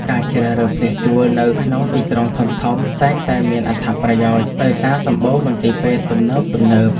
ការជ្រើសរើសផ្ទះជួលនៅក្នុងទីក្រុងធំៗតែងតែមានអត្ថប្រយោជន៍ដោយសារសម្បូរមន្ទីរពេទ្យទំនើបៗ។